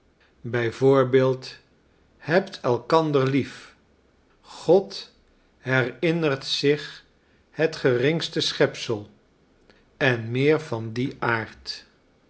bij voorbeeld hebt elkander lief w godherinnert zich het geringste schepsel enmeer van dien aard